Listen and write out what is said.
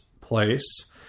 place